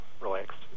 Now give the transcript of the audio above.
relaxed